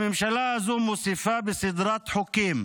הממשלה הזו מוסיפה סדרת חוקים